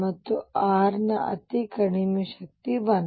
ಮತ್ತು r ನ ಅತಿ ಕಡಿಮೆ ಶಕ್ತಿ 1